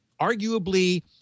arguably